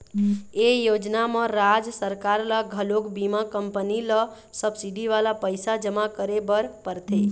ए योजना म राज सरकार ल घलोक बीमा कंपनी ल सब्सिडी वाला पइसा जमा करे बर परथे